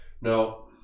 now